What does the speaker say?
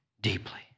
deeply